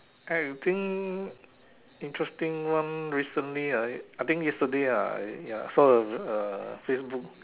I think interesting one recently I I think yesterday ah I ya saw a a Facebook